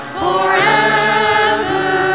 forever